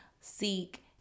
seek